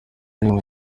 rimwe